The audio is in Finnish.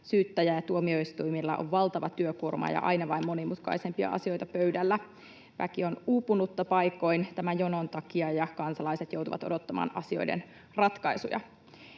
syyttäjillä ja tuomioistuimilla on valtava työkuorma ja aina vain monimutkaisempia asioita pöydällä. Väki on paikoin uupunutta tämän jonon takia, ja kansalaiset joutuvat odottamaan asioiden ratkaisuja.